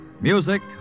Music